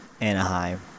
Anaheim